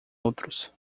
outros